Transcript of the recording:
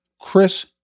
Chris